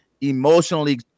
emotionally